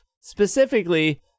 specifically